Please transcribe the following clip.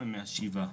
יקודם.